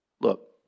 Look